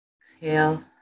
exhale